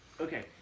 Okay